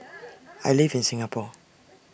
I live in Singapore